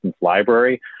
library